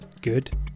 good